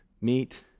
Meet